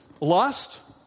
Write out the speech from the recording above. lust